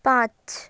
পাঁচ